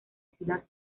ciudad